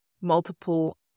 multiple